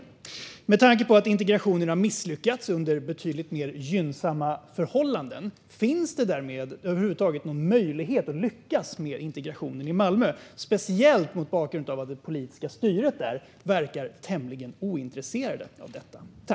Finns det över huvud taget någon möjlighet att lyckas med integrationen i Malmö med tanke på att integrationen har misslyckats under betydligt mer gynnsamma förhållanden, speciellt mot bakgrund av att det politiska styret där verkar tämligen ointresserat av detta?